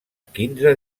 quinze